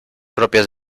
propias